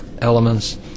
elements